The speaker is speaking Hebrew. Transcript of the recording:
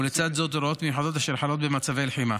ולצד זאת הוראות מיוחדות אשר חלות במצבי לחימה.